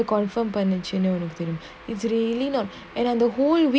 later confirmed by national stadium is really not